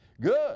Good